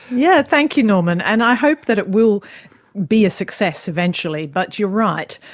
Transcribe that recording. yeah thank you norman, and i hope that it will be a success eventually, but you're right,